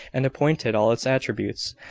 and appointed all its attributes,